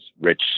Rich